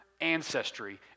ancestry